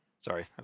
Sorry